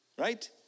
Right